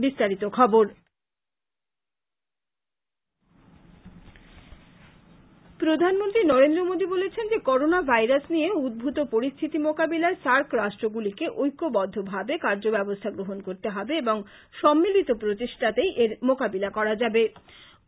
বিস্তারিত খবর প্রধানমন্ত্রী নরেন্দ্র মোদী বলেছেন যে করোনা ভাইরাস নিয়ে উদ্ভত পরিস্থিতি মোকাবিলায় সার্ক রাষ্ট্রগুলিকে ঐক্যবদ্ধভাবে কার্য্যব্যবস্থা গ্রহন করতে হবে এবং সম্মিলিত প্রচেষ্টাতেই এর মোকাবিলা করা যাবে